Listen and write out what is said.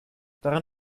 daran